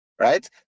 right